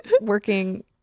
working